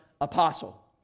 apostle